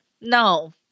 No